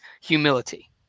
humility